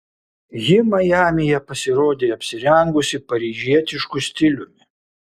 ji majamyje pasirodė apsirengusi paryžietišku stiliumi